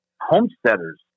homesteaders